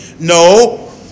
No